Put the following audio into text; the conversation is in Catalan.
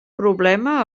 problema